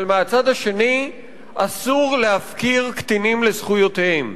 אבל מצד שני אסור להפקיר קטינים לזכויותיהם.